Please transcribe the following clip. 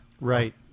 right